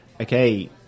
okay